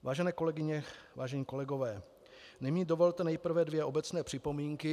Vážené kolegyně, vážení kolegové, nyní dovolte nejprve dvě obecné připomínky.